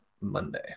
Monday